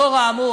לאור האמור,